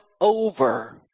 over